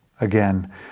Again